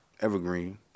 Evergreen